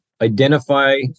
identify